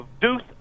Deuce